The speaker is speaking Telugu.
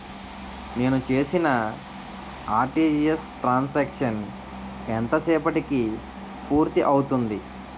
నేను చేసిన ఆర్.టి.జి.ఎస్ త్రణ్ సాంక్షన్ ఎంత సేపటికి పూర్తి అవుతుంది?